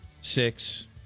six